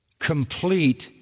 complete